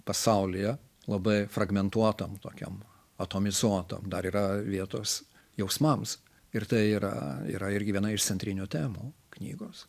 pasaulyje labai fragmentuotam tokiam atomizuotam dar yra vietos jausmams ir tai yra yra irgi viena iš centrinių temų knygos